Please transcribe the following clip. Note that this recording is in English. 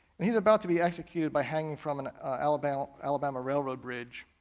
and he's about to be executed by hanging from an alabama alabama railroad bridge.